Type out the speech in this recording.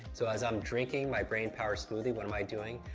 so, as i'm drinking my brain power smoothie, what am i doing?